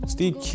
Steve